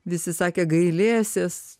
visi sakė gailėsies